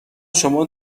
شما